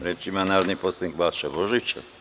Reč ima narodni poslanik Balša Božović.